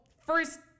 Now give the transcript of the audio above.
first